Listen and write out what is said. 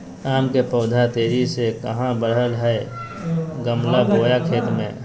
आम के पौधा तेजी से कहा बढ़य हैय गमला बोया खेत मे?